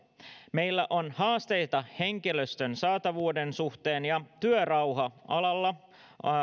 meillä on haasteita henkilöstön saatavuuden suhteen ja työrauha alalla